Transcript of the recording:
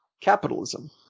capitalism